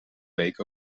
week